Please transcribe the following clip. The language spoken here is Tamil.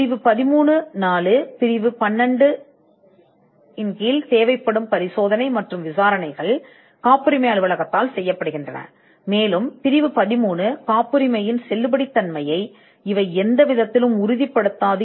பிரிவு 13 பிரிவு 12 இன் கீழ் தேவைப்படும் தேர்வு மற்றும் விசாரணைகள் இது காப்புரிமை அலுவலகத்தால் செய்யப்படுகிறது மற்றும் பிரிவு 13 ஆகும் இந்த பிரிவு எந்தவொரு காப்புரிமையின் செல்லுபடியை உறுதிப்படுத்த எந்த வகையிலும் கருதப்படாது